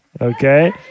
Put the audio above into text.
Okay